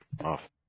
off